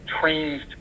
trains